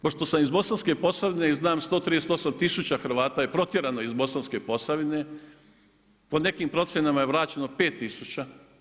Pošto sam i Bosanske Posavine i znam 138 tisuća Hrvata je protjerano iz Bosanske Posavine, po nekim procjenama je vraćeno 5 tisuća.